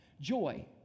joy